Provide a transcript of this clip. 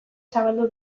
zabaldu